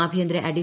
ആഭ്യന്തര അഡീ